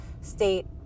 state